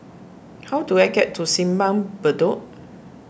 how do I get to Simpang Bedok